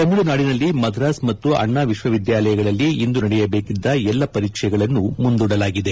ತಮಿಳುನಾಡಿನಲ್ಲಿ ಮದ್ರಾಸ್ ಮತ್ತು ಅಣ್ಣ ವಿಶ್ವವಿದ್ಯಾಲಯಗಳಲ್ಲಿ ಇಂದು ನಡೆಯಬೇಕಿದ್ದ ಎಲ್ಲಾ ಪರೀಕ್ಷೆಗಳನ್ನು ಮುಂದೂಡಲಾಗಿದೆ